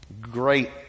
Great